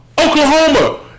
Oklahoma